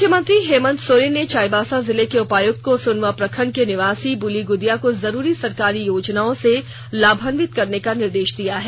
मुख्यमंत्री हेमंत सोरेन ने चाईबासा जिले के उपायुक्त को सोनुआ प्रखंड की निवासी बुली गुदुया को जरूरी सरकारी योजनाओं से लाभन्वित करने का निर्देश दिया हैं